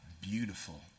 beautiful